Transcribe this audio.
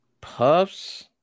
Puffs